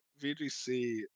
VGC